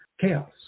Chaos